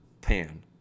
pan